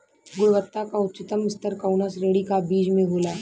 गुणवत्ता क उच्चतम स्तर कउना श्रेणी क बीज मे होला?